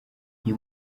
uyu